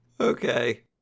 Okay